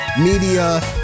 media